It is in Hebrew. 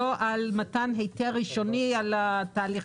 אז לא צריך את סעיף 14לג בכלל.